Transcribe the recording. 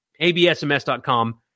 ABSMS.com